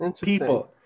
people